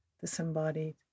disembodied